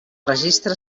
registre